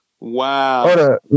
Wow